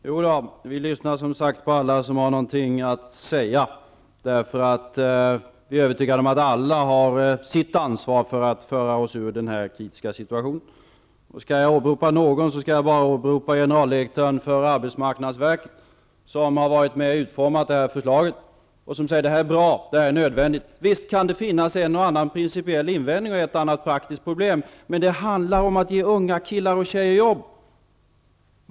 Fru talman! Vi lyssnar på alla som har någonting att säga, därför att vi är övertygade om att alla har sitt ansvar för att föra landet ur den här kritiska situationen. Om jag skulle åberopa någon, skulle jag åberopa generaldirektören för arbetsmarknadsstyrelsen, som har varit med och utformat det här förslaget och som säger att det här förslaget är bra och nödvändigt. Visst kan det finnas en eller annan principiell invändning och ett eller annat praktiskt problem, men det handlar om att ge unga killar och tjejer jobb.